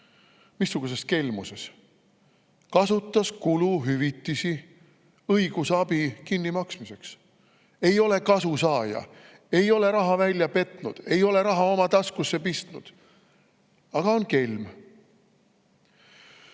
Missuguses kelmuses? Ta kasutas kuluhüvitisi õigusabi kinnimaksmiseks. Ei ole kasusaaja, ei ole raha välja petnud, ei ole raha oma taskusse pistnud, aga on kelm.